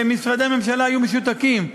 ומשרדי הממשלה היו משותקים.